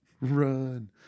run